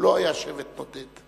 הוא לא היה שבט נודד.